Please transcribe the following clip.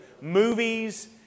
movies